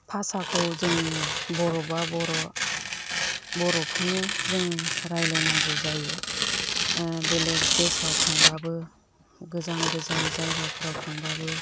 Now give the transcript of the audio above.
भाषाखौ जोङो बर'ब्ला बर' बर'खौनो जोङो रायज्लायनांगौ जायो बेलेक देसाव थांब्लाबो गोजान गोजान जायगाफोराव थांब्लाबो